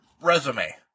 resume